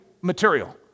material